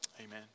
amen